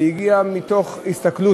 זה הגיע מתוך הסתכלות,